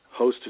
hosted